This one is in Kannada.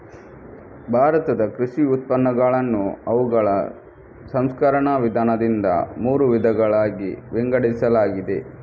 ಭಾರತದ ಕೃಷಿ ಉತ್ಪನ್ನಗಳನ್ನು ಅವುಗಳ ಸಂಸ್ಕರಣ ವಿಧಾನದಿಂದ ಮೂರು ವಿಧಗಳಾಗಿ ವಿಂಗಡಿಸಲಾಗಿದೆ